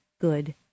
good